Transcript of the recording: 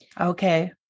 Okay